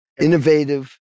innovative